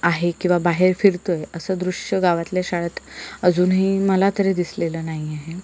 आहे किंवा बाहेर फिरतो आहे असं दृश्य गावातल्या शाळेत अजूनही मला तरी दिसलेलं नाही आहे